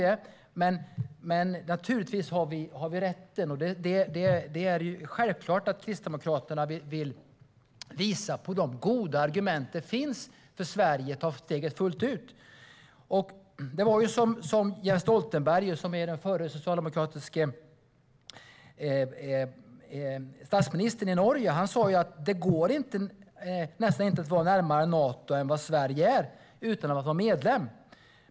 Det är självklart att Kristdemokraterna vill visa på de goda argument som det finns för Sverige att ta steget fullt ut. Den förre socialdemokratiske statsministern i Norge, Jens Stoltenberg, har sagt: Det går nästan inte att stå närmare Nato än vad Sverige gör utan att vara medlem.